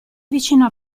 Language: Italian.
vicino